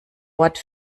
wort